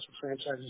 franchises